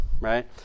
right